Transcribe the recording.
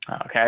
Okay